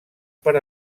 per